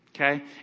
Okay